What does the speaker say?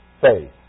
faith